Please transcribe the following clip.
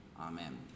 amen